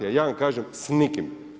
A ja vam kažem s nikim.